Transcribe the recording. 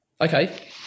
Okay